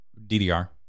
DDR